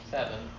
Seven